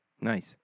Nice